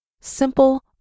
Simple